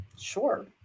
Sure